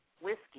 whiskey